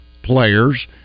players